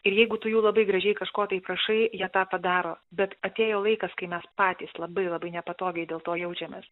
ir jeigu tu jų labai gražiai kažko tai prašai jie tą padaro bet atėjo laikas kai mes patys labai labai nepatogiai dėl to jaučiamės